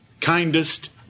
kindest